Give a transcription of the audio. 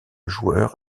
joueurs